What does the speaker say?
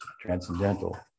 transcendental